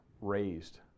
raised